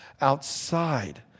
outside